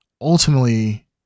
ultimately